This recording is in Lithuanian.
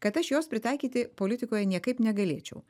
kad aš jos pritaikyti politikoje niekaip negalėčiau